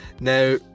now